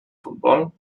futbol